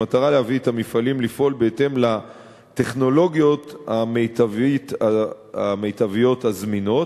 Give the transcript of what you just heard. במטרה להביא את המפעלים לפעול בהתאם לטכנולוגיות המיטביות הזמינות.